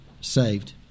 saved